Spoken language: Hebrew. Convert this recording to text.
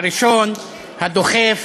הראשון, הדוחף,